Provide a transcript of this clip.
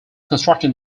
constructing